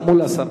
מול הסרה.